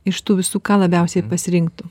iš tų visų ką labiausiai pasirinktų